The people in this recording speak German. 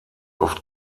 oft